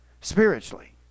spiritually